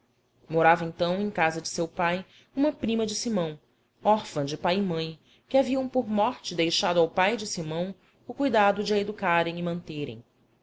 morava então em casa de seu pai uma prima de simão órfã de pai e mãe que haviam por morte deixado ao pai de simão o cuidado de a educarem e manterem